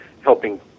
helping